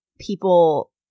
people